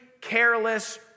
careless